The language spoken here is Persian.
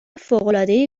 فوقالعاده